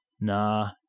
nah